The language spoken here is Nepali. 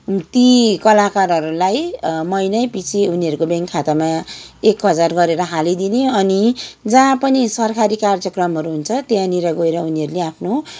ती कलाकारहरूलाई महिनैपछि उनीहरूको ब्याङ्क खातामा एक हजार गरेर हालिदिने अनि जहाँ पनि सरकारी कार्यक्रमहरू हुन्छ त्यहाँनिर गएर उनीहरूले आफ्नो